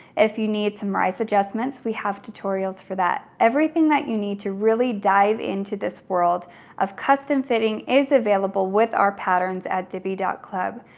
if you need some rise adjustments, we have tutorials for that. everything that you need to really dive into this world of custom fitting is available with our patterns at diby club.